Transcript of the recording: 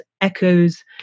echoes